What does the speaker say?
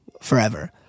forever